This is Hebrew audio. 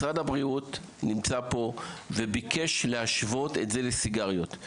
משרד הבריאות נמצא פה וביקש להשוות את זה לסיגריות.